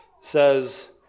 says